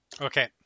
Okay